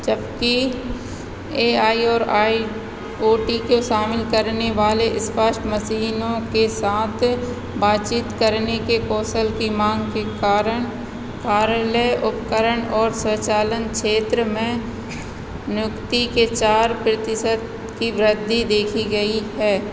जबकि A I और I O T को शामिल करने वाले इस फास्ट मशीनों के साथ बातचीत करने के कौशल की माँग के कारण कार्यालय उपकरण और स्वचालन क्षेत्र में नियुक्ति के चार प्रतिशत की वृद्धि देखी गई है